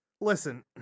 Listen